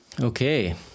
Okay